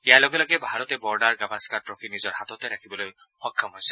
ইয়াৰ লগে লগে ভাৰতে বৰ্ডাৰ গাভাস্কৰ ট্ৰফী নিজৰ হাততে ৰাখিবলৈ সক্ষম হৈছে